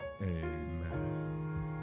Amen